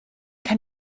kann